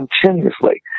continuously